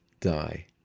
die